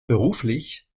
beruflich